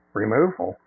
removal